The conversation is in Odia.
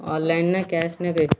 ଅନଲାଇନ୍ ନା କ୍ୟାସ୍ ନେବେ